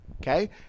Okay